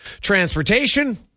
Transportation